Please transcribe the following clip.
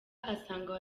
asanga